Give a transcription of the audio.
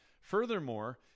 Furthermore